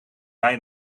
mij